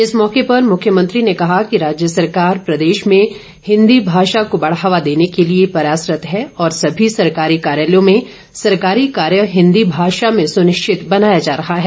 इस मौके पर मुख्यमंत्री ने कहा कि राज्य सरकार प्रदेश में हिंदी भाषा को बढ़ावा देने के लिए प्रयासरत है और सभी सरकारी कार्यालयों में सरकारी कार्य हिंदी भाषा में सुनिश्चित बनाया जा रहा है